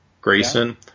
Grayson